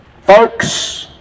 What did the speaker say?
folks